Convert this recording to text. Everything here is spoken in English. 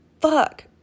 fuck